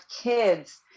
kids